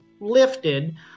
lifted